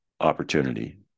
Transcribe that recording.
opportunity